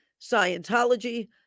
Scientology